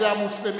פוליטיקאים,